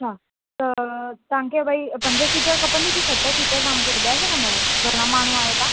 त तव्हां खे वई पंज सीटर खपंदी कि सत सीटर तव्हां मूंखे ॿुधाए सघंदा आहियो घणा माण्हूं आयो तव्हां